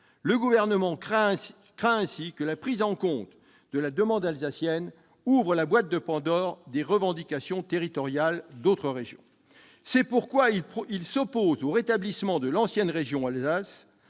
Le Gouvernement craint aussi que la prise en compte de la demande alsacienne n'ouvre la boîte de Pandore des revendications territoriales d'autres régions. C'est la raison pour laquelle il s'oppose au rétablissement de l'ancienne région Alsace.